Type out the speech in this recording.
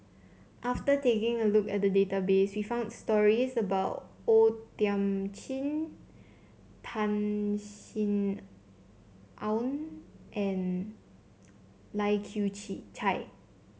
after taking a look at the database we found stories about O Thiam Chin Tan Sin Aun and Lai Kew Chai